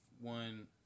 one